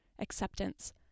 acceptance